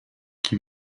qui